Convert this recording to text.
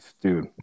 dude